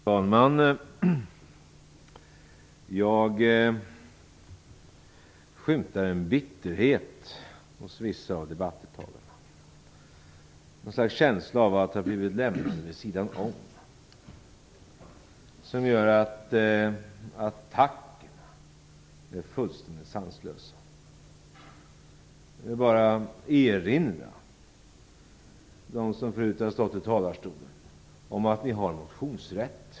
Fru talman! Jag skymtar en bitterhet hos vissa av debattdeltagarna, ett slags känsla av att ha blivit lämnad vid sidan om som gör att attackerna är fullständigt sanslösa. Jag vill då bara erinra er som nyss stått här i talarstolen om att ni har motionsrätt.